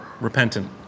repentant